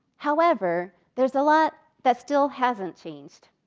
however, there's a lot that still hasn't changed.